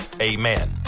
Amen